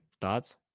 thoughts